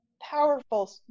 powerful